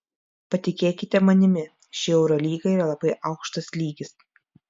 patikėkite manimi ši eurolyga yra labai aukštas lygis